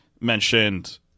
mentioned